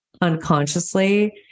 unconsciously